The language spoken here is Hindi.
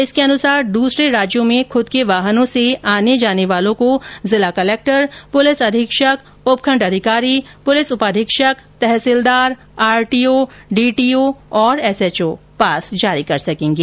इसके अनुसार दूसरे राज्यों में खुद के वाहनों से आन्ने जाने वालों को जिला कलक्टर पुलिस अधीक्षक उपखण्ड अधिकारी पुलिस उपाधिक्षक तहसीलदार आरटीओ डीटीओ और एसएचओ पास जारी कर सकेंगे